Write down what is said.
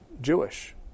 Jewish